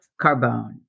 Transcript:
Carbone